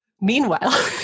Meanwhile